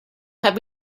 have